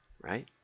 right